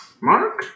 Mark